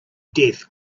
death